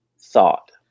thought